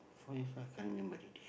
four years old I can't remember already